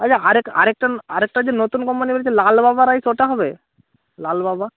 আচ্ছা আরেক আরেকটা আরেকটা যে নতুন কোম্পানি বলছে লালবাবা রাইস ওটা হবে লালবাবা